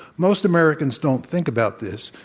most americans don't think about this,